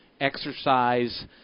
exercise